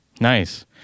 Nice